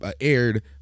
aired